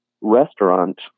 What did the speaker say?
restaurant